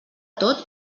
tot